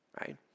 right